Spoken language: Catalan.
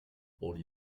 oli